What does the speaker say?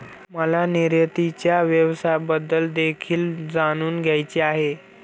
मला निर्यातीच्या व्यवसायाबद्दल देखील जाणून घ्यायचे आहे